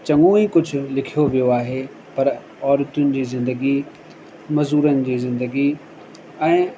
चङो ई कुझु लिखियो वियो आहे पर औरतुनि जी ज़िंदगी मज़ूरनि जी ज़िंदगी ऐं